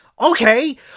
Okay